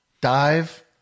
Dive